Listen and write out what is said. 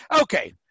Okay